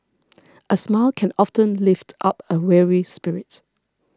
a smile can often lift up a weary spirit